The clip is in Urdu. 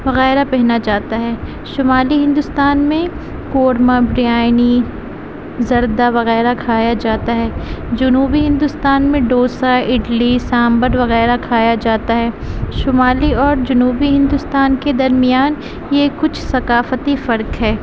وغیرہ پہنا جاتا ہے شمالی ہندوستان میں قورمہ بریانی زردہ وغیرہ کھایا جاتا ہے جنوبی ہندوستان میں ڈوسا اڈلی سانبھر وغیرہ کھایا جاتا ہے شمالی اور جنوبی ہندوستان کے درمیان یہ کچھ ثقافتی فرق ہے